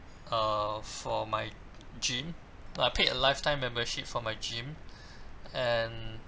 uh for my gym but I paid a lifetime membership for my gym and